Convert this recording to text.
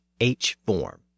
H-form